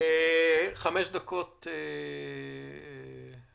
חמש דקות הפסקה.